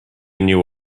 new